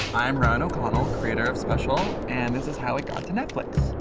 i'm ryan o'connell, creator of special, and this is how it got to netflix.